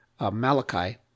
Malachi